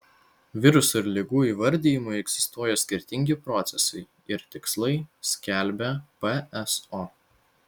virusų ir ligų įvardijimui egzistuoja skirtingi procesai ir tikslai skelbia pso